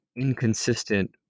inconsistent